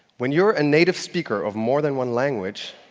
when you're a native speaker of more than one language,